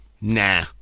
Nah